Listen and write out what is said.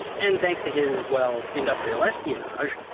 and thanks to his, well, industrial espionage,